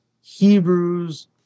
hebrews